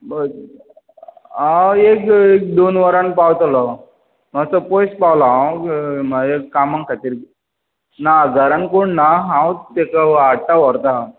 हांव एक दोन वरांन पावतलो मातसो पयस हांव कामां खातीर ना घरान कोण ना हांवूच ताका हाडटा व्हरता